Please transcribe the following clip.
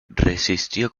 resistió